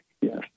yes